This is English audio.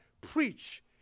preach